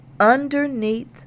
Underneath